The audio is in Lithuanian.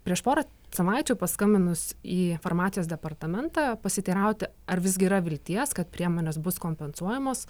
prieš porą savaičių paskambinus į farmacijos departamentą pasiteirauti ar visgi yra vilties kad priemonės bus kompensuojamos